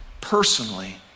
personally